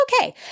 okay